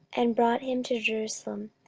and brought him to jerusalem,